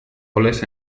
goles